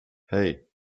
hey